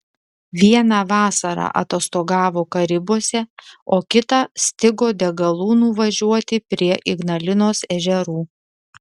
vieną vasarą atostogavo karibuose o kitą stigo degalų nuvažiuoti prie ignalinos ežerų